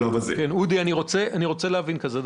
אודי, אני רוצה להבין משהו.